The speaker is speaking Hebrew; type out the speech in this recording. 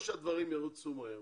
שהדברים ירוצו מהר,